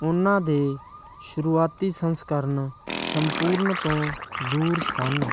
ਉਹਨਾਂ ਦੇ ਸ਼ੁਰੂਆਤੀ ਸੰਸਕਰਨ ਸੰਪੂਰਨ ਤੋਂ ਦੂਰ ਸਨ